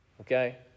okay